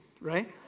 right